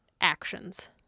actions